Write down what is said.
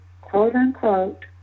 quote-unquote